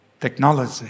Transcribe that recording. Technology